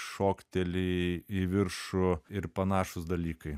šokteli į viršų ir panašūs dalykai